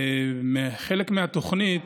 בחלק מהתוכנית